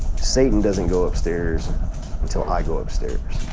satan doesn't go upstairs until i go upstairs.